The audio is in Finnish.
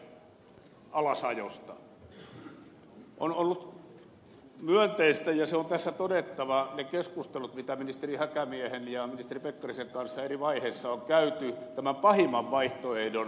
ovat olleet myönteisiä se on tässä todettava ne keskustelut mitä ministeri häkämiehen ja ministeri pekkarisen kanssa eri vaiheissa on käyty tämän pahimman vaihtoehdon torjumiseksi